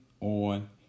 on